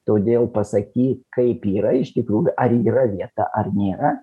todėl pasakyt kaip yra iš tikrųjų ar yra vieta ar nėra